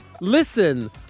listen